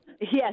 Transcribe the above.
Yes